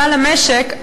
כלל המשק,